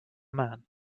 man